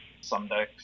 someday